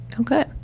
Okay